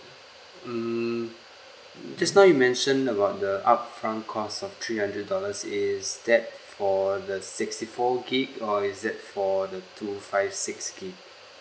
mm just now you mentioned about the upfront cost of three hundred dollars is that for the sixty four gig or is that for the two five six gig